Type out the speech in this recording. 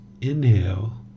inhale